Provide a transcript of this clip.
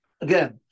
again